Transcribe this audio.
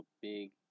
big